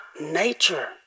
nature